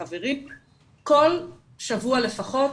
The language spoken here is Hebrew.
כל שבוע לפחות